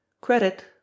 Credit